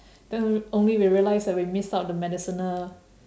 then only we realised that we missed out the medicinal